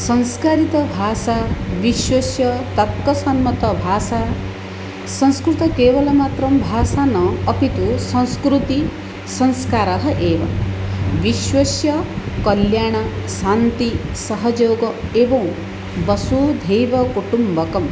संस्कृतभाषा विश्वस्य तर्कसम्मतभाषा संस्कृतं केवलमात्रं भाषा न अपि तु संस्कृति संस्कारः एव विश्वस्य कल्याणं शान्तिः सहयोगः एवं वसुधैवकुटुम्बकं